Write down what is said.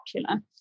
popular